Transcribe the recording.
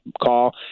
call